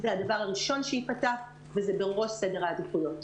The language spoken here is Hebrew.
זה הדבר הראשון שייפתח וזה בראש סדר העדיפויות.